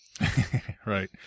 Right